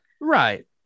right